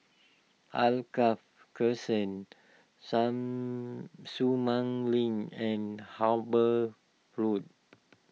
Alkaff Crescent some Sumang Link and Harper Road